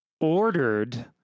ordered